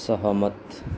सहमत